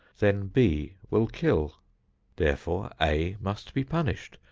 then b will kill therefore a must be punished,